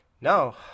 no